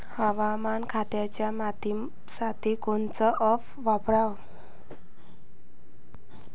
हवामान खात्याच्या मायतीसाठी कोनचं ॲप वापराव?